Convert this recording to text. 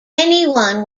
anyone